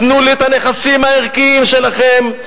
תנו לי את הנכסים הערכיים שלכם,